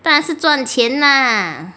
当然是赚钱 lah